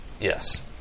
Yes